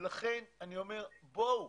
ולכן אני אומר: בואו,